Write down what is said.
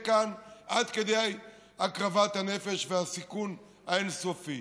כאן עד כדי הקרבת הנפש והסיכון האין-סופי.